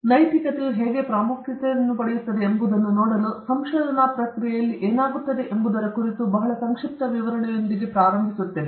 ಹಾಗಾಗಿ ನೈತಿಕತೆಯು ಹೇಗೆ ಪ್ರಾಮುಖ್ಯತೆಯನ್ನು ಪಡೆಯುತ್ತದೆ ಎಂಬುದನ್ನು ನೋಡಲು ಸಂಶೋಧನಾ ಪ್ರಕ್ರಿಯೆಯಲ್ಲಿ ಏನಾಗುತ್ತದೆ ಎಂಬುದರ ಕುರಿತು ಬಹಳ ಸಂಕ್ಷಿಪ್ತ ವಿವರಣೆಯೊಂದಿಗೆ ಇದು ಪ್ರಾರಂಭವಾಗುತ್ತದೆ